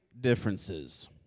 differences